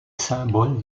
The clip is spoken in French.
symbole